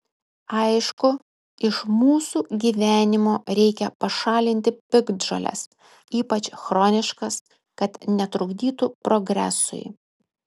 aišku iš mūsų gyvenimo reikia pašalinti piktžoles ypač chroniškas kad netrukdytų progresui